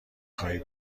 خواهی